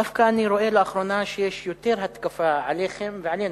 דווקא אני רואה לאחרונה שיש יותר התקפה עליכם ועלינו,